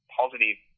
positive